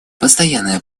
постоянная